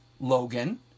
Logan